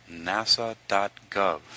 NASA.gov